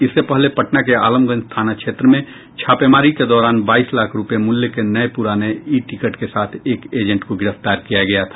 इससे पहले पटना के आलमगंज थाना क्षेत्र में छापेमारी के दौरान बाईस लाख रूपये मूल्य के नये पुराने ई टिकट के साथ एक एजेंट को गिरफ्तार किया गया था